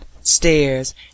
stairs